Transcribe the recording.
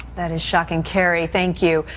that is shocking, kerry, thank you.